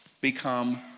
become